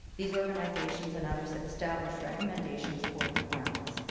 these organizations and others have established recommendations for requirements.